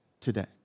today